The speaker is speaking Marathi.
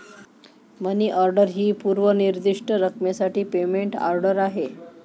मनी ऑर्डर ही पूर्व निर्दिष्ट रकमेसाठी पेमेंट ऑर्डर आहे